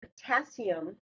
potassium